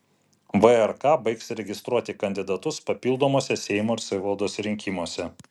vrk baigs registruoti kandidatus papildomuose seimo ir savivaldos rinkimuose